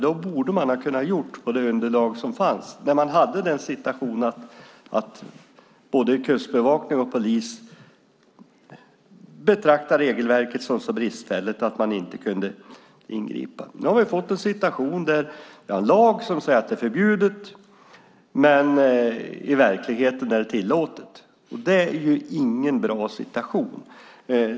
Det borde man ha kunnat göra på det underlag som fanns och när både kustbevakning och polis betraktade regelverket som så bristfälligt att de inte kunde ingripa. Nu har vi fått en situation där vi har en lag som säger att det är förbjudet, men i verkligheten är det tillåtet. Det är ingen bra situation.